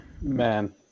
man